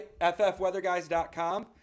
ffweatherguys.com